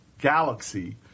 Galaxy